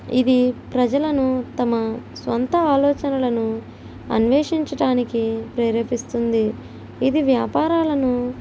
ఇది ప్రజలను తమ సొంత ఆలోచనలను అన్వేషించడానికి ప్రేరేపిస్తుంది ఇది వ్యాపారాలను